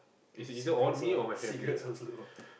it is cigarettes ah cigarettes also got